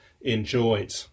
enjoyed